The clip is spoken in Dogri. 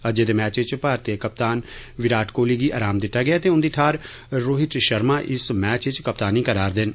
अज्जै दे मैच च भारतीय कप्तान विराट कोहली गी आराम दित्ता गेआ ऐ ते उंदी थाह्र रोहित शर्मा इस मैच च कप्तानी करा'रदे न